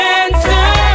answer